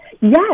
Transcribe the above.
Yes